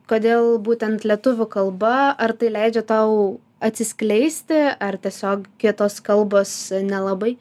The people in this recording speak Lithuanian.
kodėl būtent lietuvių kalba ar tai leidžia tau atsiskleisti ar tiesiog kitos kalbos nelabai